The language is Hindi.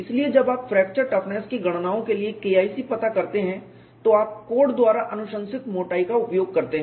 इसलिए जब आप फ्रैक्चर टफनेस की गणनाओं के लिए K IC पता करते हैं तो आप कोड द्वारा अनुशंसित मोटाई का उपयोग करते हैं